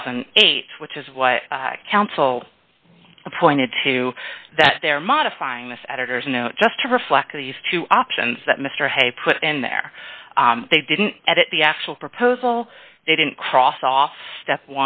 thousand and eight which is what counsel appointed to that they're modifying this editor's note just to reflect these two options that mr hay put in there they didn't edit the actual proposal they didn't cross off step